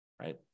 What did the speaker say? right